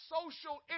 social